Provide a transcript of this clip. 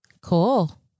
cool